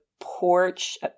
porch